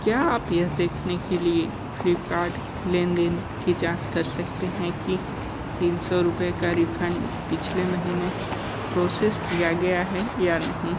क्या आप यह देखने के लिए फ्लिपकार्ट लेनदेन की जाँच कर सकते हैं कि तीन सौ रुपये का रिफ़ंड पिछले महीने प्रोसेस किया गया है या नहीं